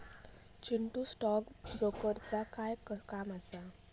Chintu, stock ब्रोकरचा काय काम असा?